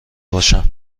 باشم